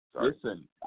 Listen